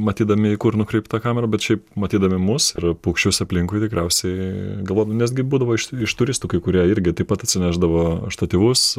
matydami į kur nukreipta kamera bet šiaip matydami mus ir paukščius aplinkui tikriausiai galop nesgi būdavo iš iš turistų kai kurie irgi taip pat atsinešdavo štatyvus